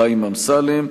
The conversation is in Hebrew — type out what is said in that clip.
חיים אמסלם.